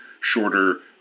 shorter